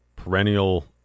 perennial